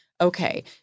Okay